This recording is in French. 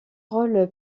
rôle